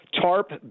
TARP